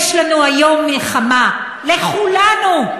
יש לנו היום מלחמה, לכולנו.